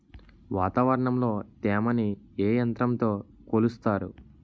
వాతావరణంలో తేమని ఏ యంత్రంతో కొలుస్తారు?